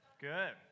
Good